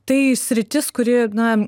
tai sritis kuri na